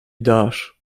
dasz